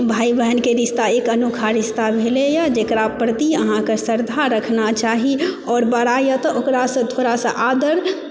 भाई बहनके रिस्ता एक अनोखा रिस्ता भेलैया जेकरा प्रति अहाँके श्रद्धा रखबाक चाही आओर बड़ा यऽ तऽ ओकरासँ आदर